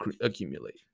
accumulate